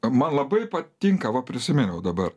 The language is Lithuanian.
man labai patinka va prisiminiau dabar